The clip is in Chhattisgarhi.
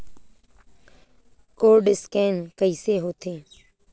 कोर्ड स्कैन कइसे होथे?